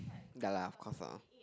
ya lah of course lah